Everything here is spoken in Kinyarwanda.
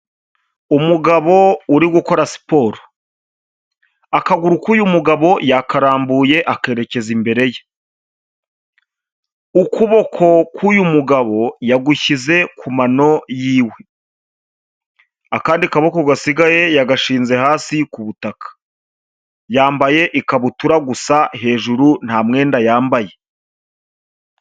Umugabo uri gukora siporo, akguru k'uyu mugabo yakarambuye akerekeza imbere ye, ukuboko k'uyu mugabo yagushyize ku mano y'iwe. akandi kaboko gasigaye yagashinze hasi ku butaka, yambaye ikabutura gusa hejuru nta mwenda yambaye.